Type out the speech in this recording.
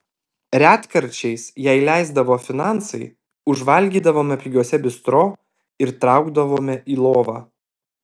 retkarčiais jei leisdavo finansai užvalgydavome pigiuose bistro ir traukdavome į lovą